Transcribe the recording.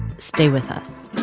stay with us